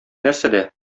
нәрсәдә